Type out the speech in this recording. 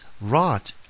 wrought